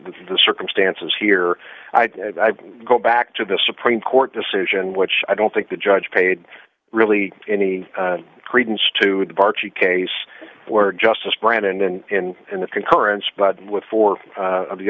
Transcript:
the circumstances here i'd go back to the supreme court decision which i don't think the judge paid really any credence to the bargee case where justice brennan in in the concurrence but with four of the